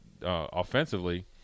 offensively